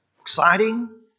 exciting